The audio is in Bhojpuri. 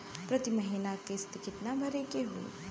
प्रति महीना किस्त कितना भरे के होई?